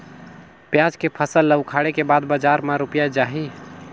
पियाज के फसल ला उखाड़े के बाद बजार मा रुपिया जाही?